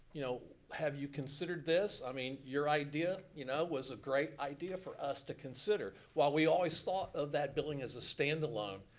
you know have you considered this, i mean your idea, you know was a great idea for us to consider. while we always thought of that building as a standalone,